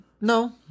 No